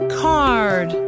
card